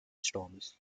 storms